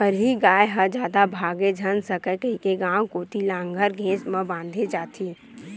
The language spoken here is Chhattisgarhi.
हरही गाय ह जादा भागे झन सकय कहिके गाँव कोती लांहगर घेंच म बांधे जाथे